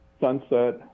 sunset